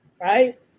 right